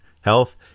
health